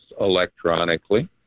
electronically